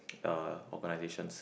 uh organisations